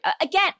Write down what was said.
Again